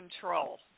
control